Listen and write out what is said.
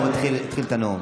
הוא התחיל את הנאום.